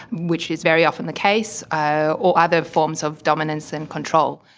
which is very often the case, or or other forms of dominance and control.